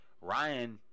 Ryan